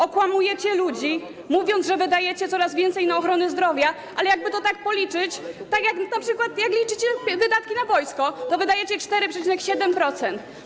Okłamujecie ludzi, mówiąc, że wydajecie coraz więcej na ochronę zdrowia, ale jakby to tak policzyć, jak np. liczycie wydatki na wojsko, to wydajecie 4,7%.